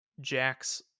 Jack's